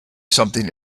something